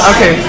Okay